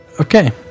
Okay